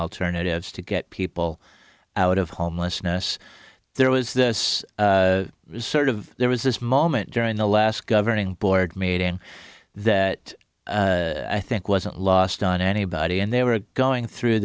alternatives to get people out of homelessness there was this sort of there was this moment during the last governing board meeting that i think wasn't lost on anybody and they were going through